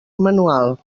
manual